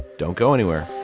don't go anywhere